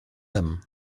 them